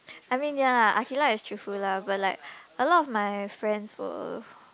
I mean ya aqilah is cheerful lah but like a lot of my friends were